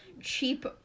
cheap